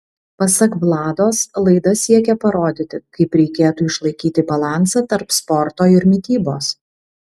pasak vlados laida siekia parodyti kaip reikėtų išlaikyti balansą tarp sporto ir mitybos